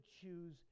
choose